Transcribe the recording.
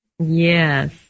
Yes